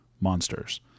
Monsters